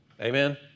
Amen